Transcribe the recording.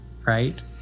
right